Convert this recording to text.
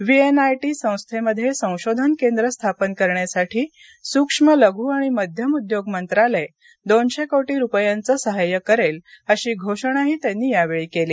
VNIT संस्थेमध्ये संशोधन केंद्र स्थापन करण्यासाठी सूक्ष्म लघु आणि मध्यम उद्योग मंत्रालय दोनशे कोटी रुपयांचं सहाय्य करेल अशी घोषणाही त्यांनी यावेळी केली